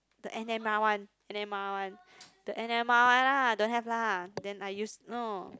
the N_M_R one N_M_R one the N_M_R one lah don't have lah then I use no